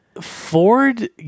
ford